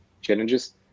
challenges